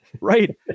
Right